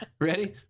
Ready